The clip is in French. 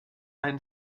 une